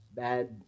bad